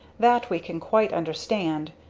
that we can quite understand.